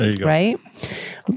right